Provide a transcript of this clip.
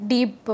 Deep